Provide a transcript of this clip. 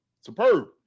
Superb